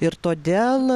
ir todėl